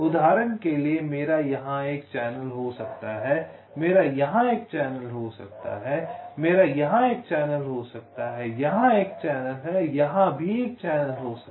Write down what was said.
उदाहरण के लिए मेरा यहाँ एक चैनल हो सकता है मेरा यहाँ एक चैनल हो सकता है मेरा यहाँ एक चैनल हो सकता है यहाँ एक चैनल यहाँ एक चैनल हो सकता है